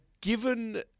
given